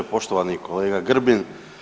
Poštovani kolega Grbin.